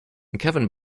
kevin